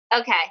okay